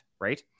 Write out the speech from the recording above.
right